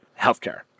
healthcare